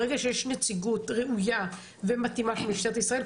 ברגע שיש נציגות ראויה ומתאימה של משטרת ישראל,